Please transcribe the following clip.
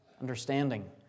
Understanding